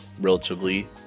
relatively